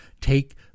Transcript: take